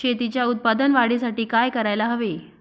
शेतीच्या उत्पादन वाढीसाठी काय करायला हवे?